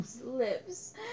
lips